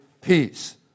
peace